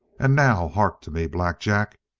and now hark to me, black jack.